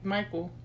Michael